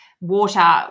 water